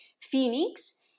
Phoenix